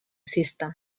systems